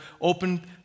open